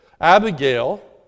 Abigail